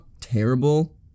terrible